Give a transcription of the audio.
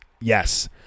Yes